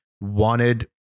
wanted